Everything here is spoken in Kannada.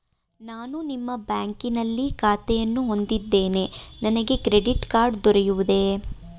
ನಾನು ನಿಮ್ಮ ಬ್ಯಾಂಕಿನಲ್ಲಿ ಖಾತೆಯನ್ನು ಹೊಂದಿದ್ದೇನೆ ನನಗೆ ಕ್ರೆಡಿಟ್ ಕಾರ್ಡ್ ದೊರೆಯುವುದೇ?